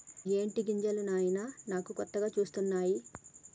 ఇయ్యేటి గింజలు నాయిన నాను కొత్తగా సూస్తున్నాను